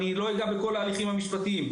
אני לא אגע בכל ההליכים המשפטיים,